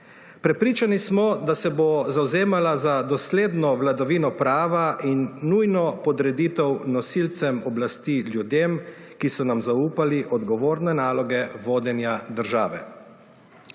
Prepričani smo, da se bo zavzemala za dosledno vladavina prava in nujno podreditev nosilcem oblasti ljudem, ki so nam zaupali odgovorne naloge vodenja države.